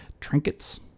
trinkets